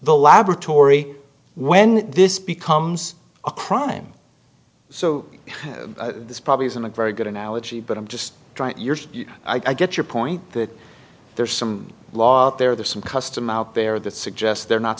the laboratory when this becomes a crime so this probably isn't a very good analogy but i'm just trying i get your point that there's some lot there there's some custom out there that suggests they're not